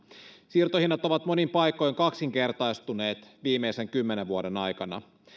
siirtohinnat ovat monin paikoin kaksinkertaistuneet viimeisen kymmenen vuoden aikana